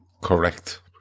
Correct